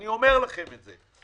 אני אומר לכם את זה,